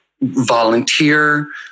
volunteer